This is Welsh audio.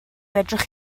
fedrwch